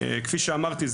כפי שאמרתי,